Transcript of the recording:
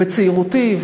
בצעירותי,